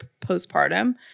postpartum